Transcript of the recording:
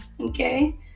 okay